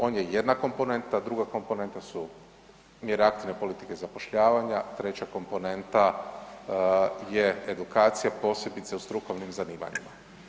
On je jedna komponenta, druga komponenta su mjere aktivne politike zapošljavanja, treća komponenta je edukacija posebice u strukovnim zanimanjima.